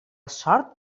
sort